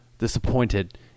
disappointed